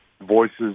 voices